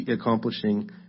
accomplishing